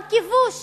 גם כיבוש